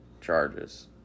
charges